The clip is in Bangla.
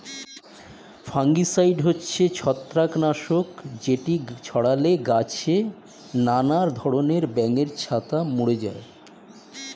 ফাঙ্গিসাইড হচ্ছে ছত্রাক নাশক যেটি ছড়ালে গাছে নানা ধরণের ব্যাঙের ছাতা মরে যায়